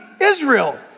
Israel